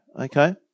okay